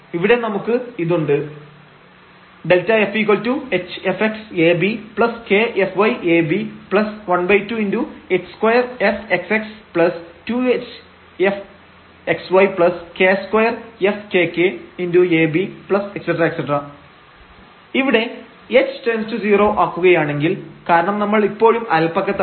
ഇവിടെ നമുക്ക് ഇതുണ്ട് Δfh fx abk fy ab12 h2 fxx2hk fxyk2 fkk a b ⋯ ഇവിടെ h→0 ആക്കുകയാണെങ്കിൽ കാരണം നമ്മൾ ഇപ്പോഴും അയല്പക്കത്താണ്